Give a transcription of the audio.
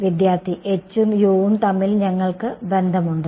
വിദ്യാർത്ഥി h ഉം u ഉം തമ്മിൽ ഞങ്ങൾക്ക് ബന്ധമുണ്ട്